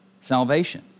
salvation